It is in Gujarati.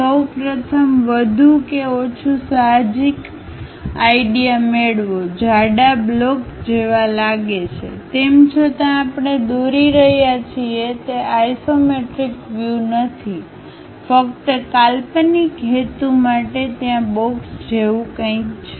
સૌ પ્રથમ વધુ કે ઓછું સાહજિક આઈડિયા મેળવો જાડા બ્લોક જેવા લાગે છે તેમ છતાં આપણે દોરી રહ્યા છીએ તે આઇસોમેટ્રિક વ્યૂ નથી ફક્ત કાલ્પનિક હેતુ માટે ત્યાં બોક્સ જેવું કંઈક છે